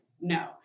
No